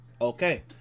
Okay